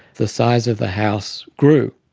the size of the house grew.